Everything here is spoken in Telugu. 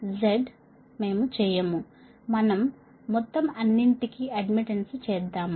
Z మేము చేయము మనం మొత్తం అన్నింటికీ అడ్మిటెన్స్ చేద్దాము